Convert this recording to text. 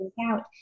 out